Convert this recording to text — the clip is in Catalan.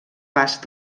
basc